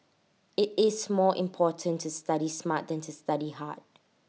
IT is more important to study smart than to study hard